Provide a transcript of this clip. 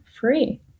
free